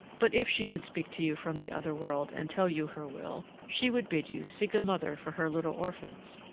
but if she could speak to you from the other world and tell you her will, she would bid you seek a mother for her little orphans.